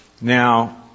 Now